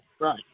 right